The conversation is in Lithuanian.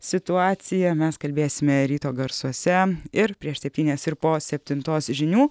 situaciją mes kalbėsime ryto garsuose ir prieš septynias ir po septintos žinių